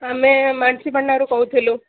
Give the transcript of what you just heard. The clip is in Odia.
ଆମେ ମାନସୀ ରୁ କହୁଥିଲୁ